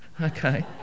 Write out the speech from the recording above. okay